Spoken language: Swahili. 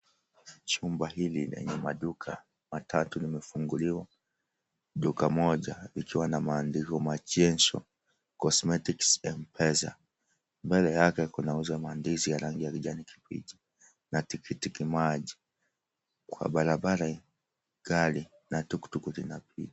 Chumba hili lenye maduka matatu limefunguliwa, duka moja likiwa na maandiko Machienso Cosmetics M-pesa. Mbele yake kunauzwa mandizi ya rangi kijani kibichi na tikitimaji. Kwa barabara gari na tuktuk linapita.